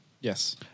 Yes